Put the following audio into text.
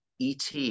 et